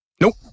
Nope